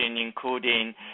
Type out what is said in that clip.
including